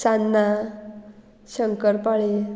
सान्नां शंकरपाळे